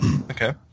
Okay